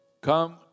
Come